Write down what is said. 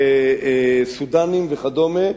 סודנים וכדומה,